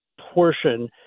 portion